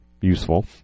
useful